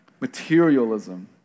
materialism